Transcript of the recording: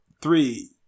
three